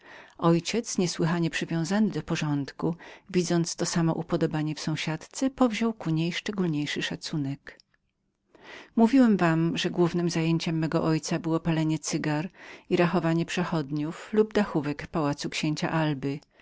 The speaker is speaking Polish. ojciec niesłychanie przywiązany do porządku widząc to same upodobanie w sąsiadce powziął ku niej szczególniejszy szacunek mówiłem wam że mój ojciec zajmował się także zwijaniem cygar i rachowaniem przechodzących lub dachówek pałacu księcia alby